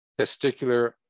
testicular